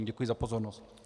Děkuji za pozornost.